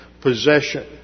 possession